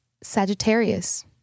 Sagittarius